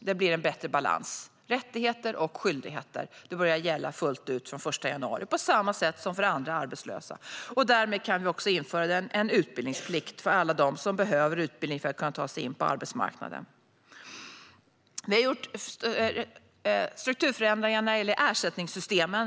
Det blir en bättre balans. Rättigheter och skyldigheter börjar gälla fullt ut den 1 januari, på samma sätt som för andra arbetslösa. Därmed kan vi införa en utbildningsplikt för alla som behöver utbildning för att kunna ta sig in på arbetsmarknaden. Vi har gjort strukturförändringar när det gäller ersättningssystemen.